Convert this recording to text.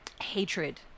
hatred